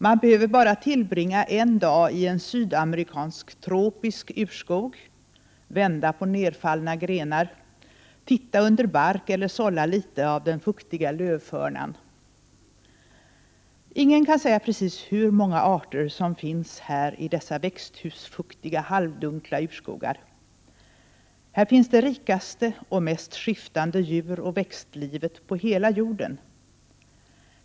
Man behöver bara tillbringa en dag i en sydamerikansk tropisk urskog, vända på nedfallna grenar, titta under bark eller sålla litet av den fuktiga lövförnan. Ingen kan säga precis hur många arter som finns här i dessa växthusfuktiga, halvdunkla urskogar. Här finns det rikaste och mest skiftande djuroch växtlivet på hela jorden.